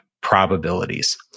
probabilities